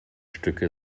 stücke